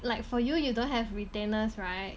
like for you you don't have retainers right